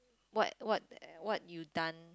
what what what you done